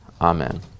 Amen